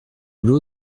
l’eau